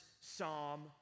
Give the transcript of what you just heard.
psalm